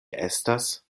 estas